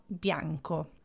bianco